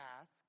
ask